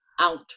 out